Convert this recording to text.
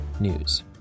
news